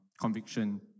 conviction